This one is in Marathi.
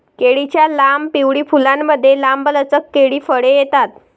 केळीच्या लांब, पिवळी फुलांमुळे, लांबलचक केळी फळे येतात